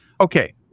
Okay